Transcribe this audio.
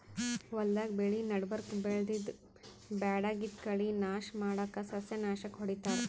ಹೊಲ್ದಾಗ್ ಬೆಳಿ ನಡಬರ್ಕ್ ಬೆಳ್ದಿದ್ದ್ ಬ್ಯಾಡಗಿದ್ದ್ ಕಳಿ ನಾಶ್ ಮಾಡಕ್ಕ್ ಸಸ್ಯನಾಶಕ್ ಹೊಡಿತಾರ್